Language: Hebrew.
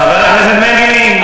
חבר הכנסת מרגי.